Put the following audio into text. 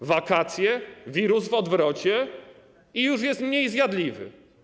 W wakacje: wirus w odwrocie, już jest mniej zjadliwy.